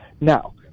Now